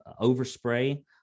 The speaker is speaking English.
overspray